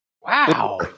Wow